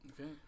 okay